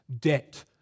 debt